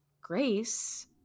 grace